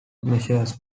measures